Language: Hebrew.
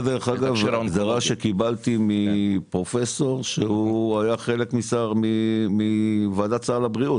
זה דרך אגב ההגדרה שקיבלתי מפרופסור שהוא היה חלק מוועדת סל הבריאות,